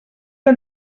que